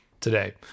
today